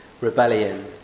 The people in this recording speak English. rebellion